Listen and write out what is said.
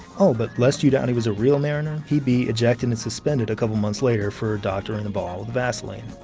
oh, but lest you doubt he was a real mariner, he'd be ejected and suspended a couple months later for doctoring the ball with vaseline.